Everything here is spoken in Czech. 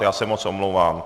Já se moc omlouvám.